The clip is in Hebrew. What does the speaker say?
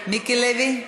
מיקי לוי,